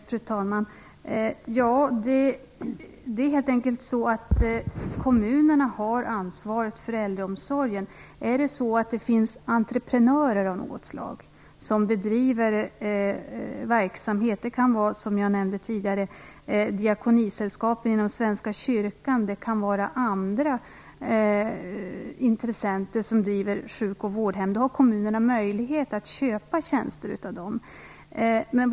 Fru talman! Det är helt enkelt så att kommunerna har ansvaret för äldreomsorgen. Finns det entreprenörer av något slag som bedriver en verksamhet - det kan som jag nämnde tidigare vara diakonisällskap inom Svenska kyrkan eller andra intressenter som driver sjuk och vårdhem - har kommunerna möjlighet att köpa tjänster av dem.